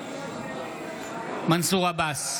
בעד מנסור עבאס,